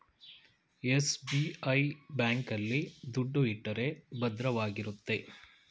SBI bank ಆಲ್ಲಿ ದುಡ್ಡು ಇಟ್ಟರೆ ಭದ್ರವಾಗಿರುತ್ತೆ